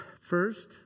First